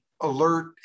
alert